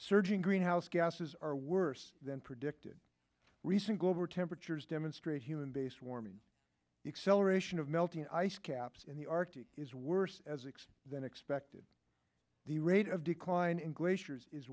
surging greenhouse gases are worse than predicted recent global temperatures demonstrate human based warming acceleration of melting icecaps in the arctic is worse as x than expected the rate of decline in glaciers is